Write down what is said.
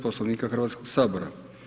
Poslovnika Hrvatskoga sabora.